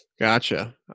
Gotcha